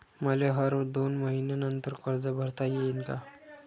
मले हर दोन मयीन्यानंतर कर्ज भरता येईन का?